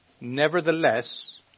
Nevertheless